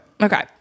Okay